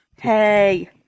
Hey